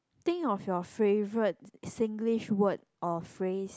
think of your favorite Singlish word or phrase